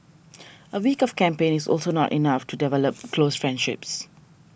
a week of camp is also not enough to develop close friendships